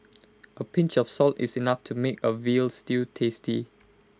A pinch of salt is enough to make A Veal Stew tasty